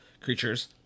creatures